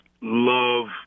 love